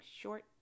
short